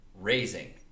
Raising